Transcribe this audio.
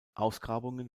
ausgrabungen